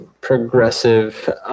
progressive